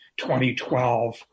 2012